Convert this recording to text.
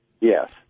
Yes